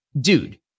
dude